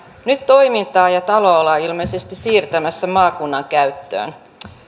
nyt toimintaa ja taloa ollaan ilmeisesti siirtämässä maakunnan käyttöön